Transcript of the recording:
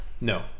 no